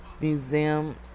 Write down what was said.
museum